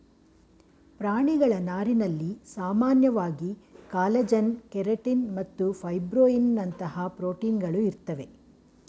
ಪ್ರಾಣಿಗಳ ನಾರಿನಲ್ಲಿ ಸಾಮಾನ್ಯವಾಗಿ ಕಾಲಜನ್ ಕೆರಟಿನ್ ಮತ್ತು ಫೈಬ್ರೋಯಿನ್ನಂತಹ ಪ್ರೋಟೀನ್ಗಳು ಇರ್ತವೆ